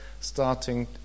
starting